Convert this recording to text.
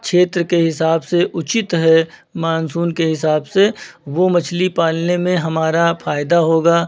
क्षेत्र के हिसाब से उचित है मानसून के हिसाब से वो मछली पालने में हमारा फ़ायदा होगा